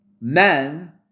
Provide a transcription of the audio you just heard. men